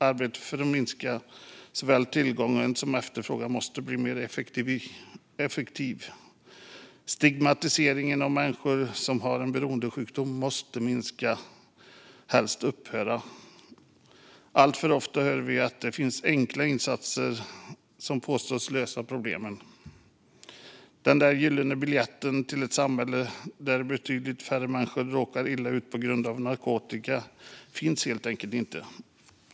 Arbetet för att minska såväl tillgång som efterfrågan måste bli mer effektivt. Stigmatiseringen av människor som har en beroendesjukdom måste minska och helst upphöra. Alltför ofta hör vi att det finns enkla insatser som påstås lösa problemen. Den där gyllene biljetten till ett samhälle där betydligt färre människor råkar illa ut på grund av narkotika finns helt enkelt inte.